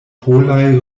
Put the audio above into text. polaj